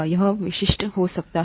यह वह विशिष्ट हो सकता है